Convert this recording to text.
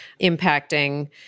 impacting